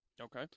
Okay